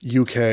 UK